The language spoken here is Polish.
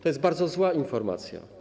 To jest bardzo zła informacja.